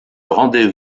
rendez